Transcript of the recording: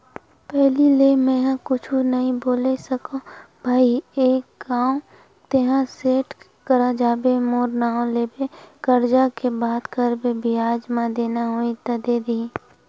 पहिली ले मेंहा कुछु नइ बोले सकव भई एक घांव तेंहा सेठ करा जाबे मोर नांव लेबे करजा के बात करबे बियाज म देना होही त दे दिही